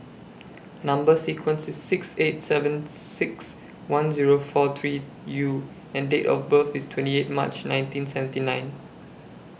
Number sequence IS six eight seven six one Zero four three U and Date of birth IS twenty eight March nineteen seventy nine